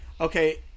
okay